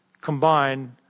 combine